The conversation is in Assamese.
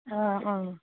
অঁ অঁ